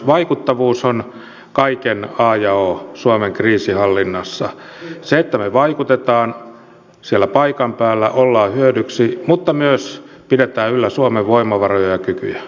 vaikuttavuus on kaiken a ja o suomen kriisinhallinnassa se että me vaikutamme siellä paikan päällä olemme hyödyksi mutta myös pidämme yllä suomen voimavaroja ja kykyjä